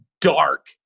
dark